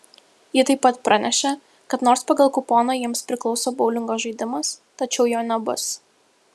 ji taip pat pranešė kad nors pagal kuponą jiems priklauso boulingo žaidimas tačiau jo nebus